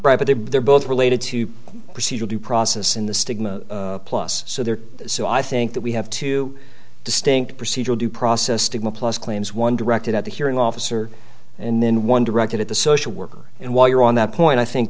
because they're both related to procedural due process in the stigma plus so there so i think that we have two distinct procedural due process stigma plus claims one directed at the hearing officer and then one directed at the social worker and while you're on that point i think